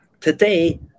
today